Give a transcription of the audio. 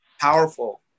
powerful